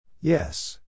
Yes